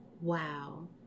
Wow